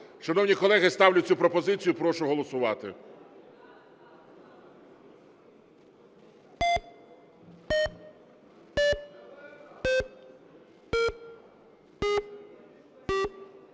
Шановні колеги, ставлю цю пропозицію. Прошу голосувати.